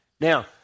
Now